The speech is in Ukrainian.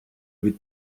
від